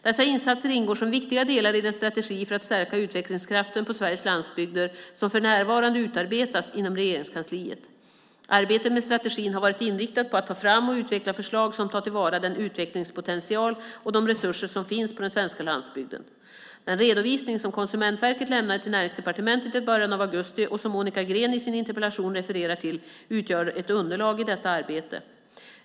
Dessa insatser ingår som viktiga delar i den strategi för att stärka utvecklingskraften på Sveriges landsbygder som för närvarande utarbetas inom Regeringskansliet. Arbetet med strategin har varit inriktat på att ta fram och utveckla förslag som tar till vara den utvecklingspotential och de resurser som finns på den svenska landsbygden. Den redovisning som Konsumentverket lämnade till Näringsdepartementet i början av augusti, och som Monica Green i sin interpellation refererar till, utgör ett underlag i detta arbete.